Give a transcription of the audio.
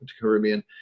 Caribbean